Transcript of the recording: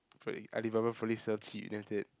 fully Alibaba fully then after that